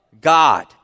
God